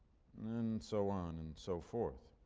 and so on and so forth.